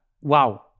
wow